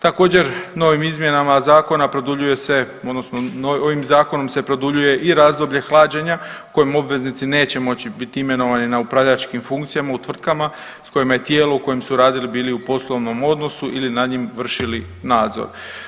Također novim izmjenama zakona produljuje se odnosno ovim zakonom se produljuje i razdoblje hlađenje u kojem obveznici neće moći biti imenovani na upravljačkim funkcijama u tvrtkima s kojima je tijelo u kojem su radili bili u poslovnom odnosu ili nad njim vršili nadzor.